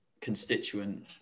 constituent